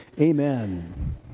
Amen